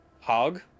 hog